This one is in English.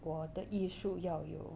我的艺术要有